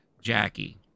Jackie